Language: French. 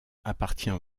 appartient